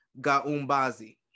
Gaumbazi